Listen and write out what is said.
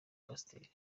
pasiteri